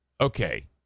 Okay